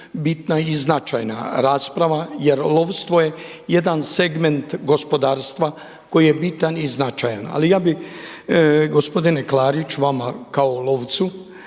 bitna i značajna rasprava jer lovstvo je jedan segment gospodarstva koji je bitan i značajan. Ali ja bih gospodine Klarić vama kao lovcu,